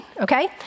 okay